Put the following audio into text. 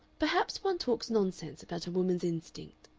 perhaps one talks nonsense about a woman's instinct,